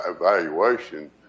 evaluation